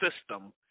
system